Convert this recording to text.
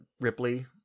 ripley